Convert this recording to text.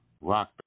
rock